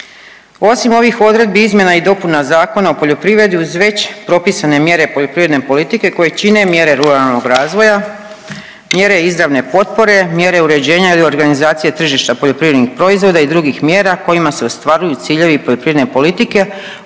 Osim ovih odredbi izmjena i dopuna Zakona o poljoprivredi uz već propisane mjere poljoprivredne politike koje čine mjere ruralnog razvoja, mjere izravne potpore, mjere izravne potpore, mjere uređenja ili organizacije tržišta poljoprivrednih proizvoda i drugih mjera kojima se ostvaruju ciljevi poljoprivredne politike uvode